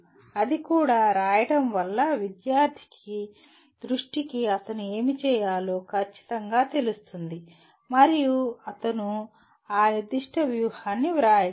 అది కూడా రాయడం వల్ల విద్యార్థి దృష్టికి అతను ఏమి చేయాలో ఖచ్చితంగా తెలుస్తుంది మరియు అతను ఆ నిర్దిష్ట వ్యూహాన్ని వ్రాయగలడు